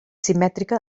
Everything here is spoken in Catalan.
simètrica